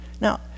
now